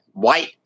white